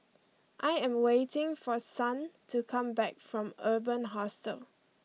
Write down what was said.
I am waiting for Son to come back from Urban Hostel